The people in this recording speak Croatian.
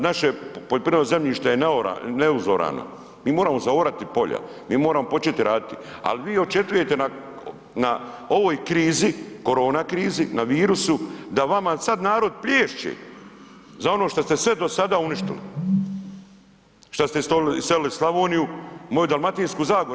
Naše poljoprivredno zemljište je neuzorano, mi moramo zaorati polja, mi moramo početi raditi, a vi očekujete na ovoj krizi, korona krizi na virusu, da vama sad narod plješće za ono sve što ste do sada uništili, šta ste iselili Slavoniju, moju dalmatinsku zagoru.